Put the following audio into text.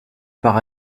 par